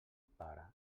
pare